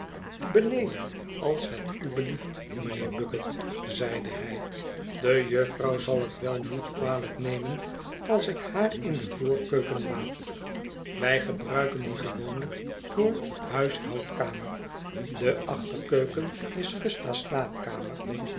beneden als het u belieft mijnheer bucket zeide hij de jufvrouw zal het wel niet kwalijk nemen als ik haar in de voorkeuken laat wij gebruiken die gewoonlijk voor huishoudkamer de achterkeuken is gusta's slaapkamer